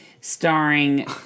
Starring